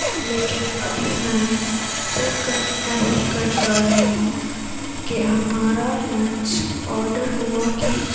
لیکن ابھی میں چیک کر نہیں کر پا رہی ہوں کہ ہمارا لنچ آڈر ہوا کہ